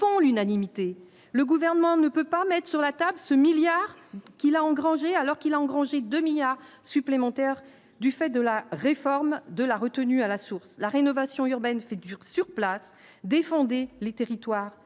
font l'unanimité, le gouvernement ne peut pas mettent sur la tape ce milliard qu'il a engrangé, alors qu'il a engrangé 2 milliards supplémentaires du fait de la réforme de la retenue à la source, la rénovation urbaine fait du sur place, défendez les territoires